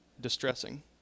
distressing